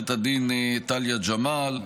ולעו"ד טליה ג'מאל,